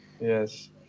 Yes